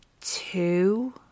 two